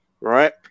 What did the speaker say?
right